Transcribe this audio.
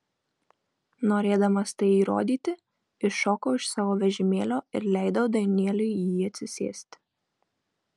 norėdamas tai įrodyti iššokau iš savo vežimėlio ir leidau danieliui į jį atsisėsti